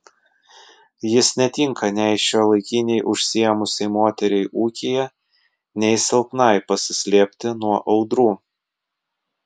jis netinka nei šiuolaikinei užsiėmusiai moteriai ūkyje nei silpnai pasislėpti nuo audrų